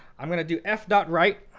i'm going to do f dot write.